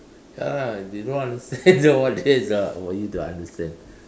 ya lah they don't understand then what that is the for you to understand